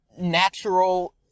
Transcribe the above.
natural